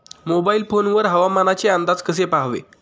Mobile phone वर हवामानाचे अंदाज कसे पहावे?